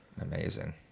Amazing